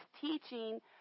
teaching